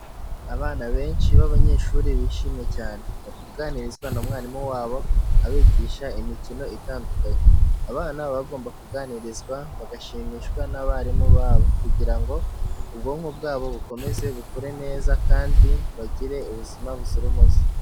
Abana benshi b'abanyeshuri bishimye cyane, bari kuganirizwa na mwarimu wabo abigisha imikino itandukanye. Abana baba bagomba kuganirizwa bagashimishwa n'abarimu babo kugira ngo ubwonko bwabo bukomeze bukure neza kandi bagire ubuzima buzira umuze.